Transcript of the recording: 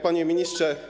Panie Ministrze!